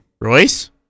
Royce